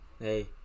Hey